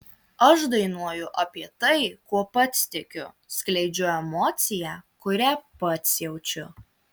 aš dainuoju apie tai kuo pats tikiu skleidžiu emociją kurią pats jaučiu